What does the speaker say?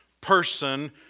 person